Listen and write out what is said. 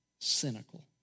cynical